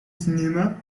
cinéma